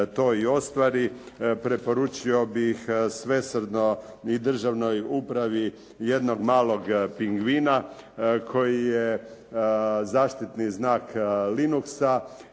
to i ostvari, preporučio bih svesrdno i državnoj upravi jednog malog pingvina koji je zaštitni znak Linuxa,